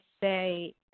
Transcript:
say